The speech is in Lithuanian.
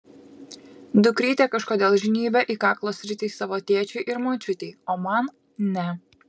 dukrytė kažkodėl žnybia į kaklo sritį savo tėčiui ir močiutei o man ne